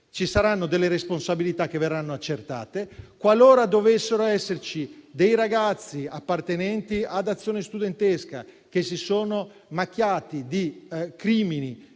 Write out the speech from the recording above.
ci saranno delle responsabilità, che verranno accertate. Qualora dovessero esserci ragazzi appartenenti ad Azione studentesca che si sono macchiati di crimini